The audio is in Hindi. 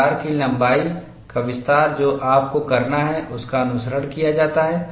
दरार की लंबाई का विस्तार जो आपको करना है उसका अनुसरण किया जाता है